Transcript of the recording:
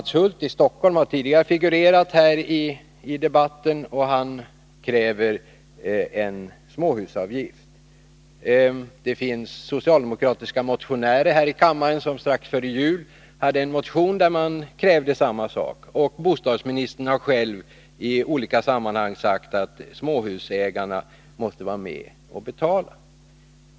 Mats Hulth i Stockholm har tidigare figurerat här i debatten, och han kräver en småhusavgift. Det finns socialdemokratiska ledamöter här i kammaren som strax före jul väckte en motion där de krävde samma sak. Bostadsministern har själv i olika sammanhang sagt att småhusägarna måste vara med och betala.